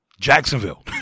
Jacksonville